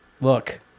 look